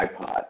iPod